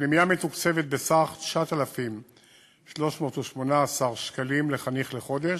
הפנימייה מתוקצבת בסך 9,318 שקלים לחניך לחודש.